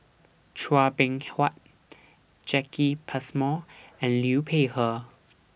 Chua Beng Huat Jacki Passmore and Liu Peihe